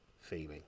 feeling